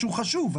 שהוא חשוב,